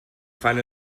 fan